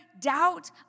doubt